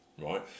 right